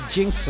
Jinx